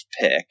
pick